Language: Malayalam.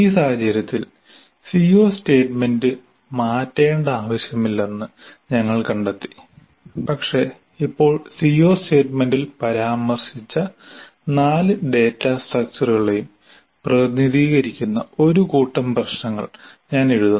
ഈ സാഹചര്യത്തിൽ സിഒ സ്റ്റേറ്റ്മെന്റ് മാറ്റേണ്ട ആവശ്യമില്ലെന്ന് ഞങ്ങൾ കണ്ടെത്തി പക്ഷേ ഇപ്പോൾ സിഒ സ്റ്റേറ്റ്മെന്റിൽ പരാമർശിച്ച നാല് ഡാറ്റാ സ്ട്രക്ചറുകളെയും പ്രതിനിധീകരിക്കുന്ന ഒരു കൂട്ടം പ്രശ്നങ്ങൾ ഞാൻ എഴുതുന്നു